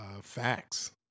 facts